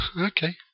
Okay